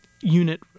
unit